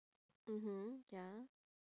mmhmm ya